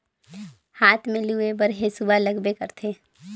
हाथ में लूए बर हेसुवा लगबे करथे